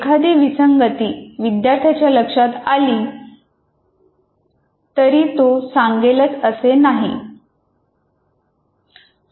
एखादी विसंगती विद्यार्थ्यांच्या लक्षात आली तरी ती तो सांगेल च असे नाही